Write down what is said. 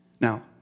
Now